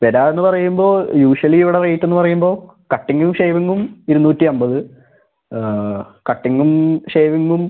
വിലാന്ന് പറയുമ്പോൾ യൂഷ്വലി ഇവിടെ റേറ്റുന്ന് പറയുമ്പോൾ കട്ടിംഗും ഷേവിംഗും ഇരുന്നൂറ്റിയൻപത് കട്ടിംഗും ഷേവിംഗും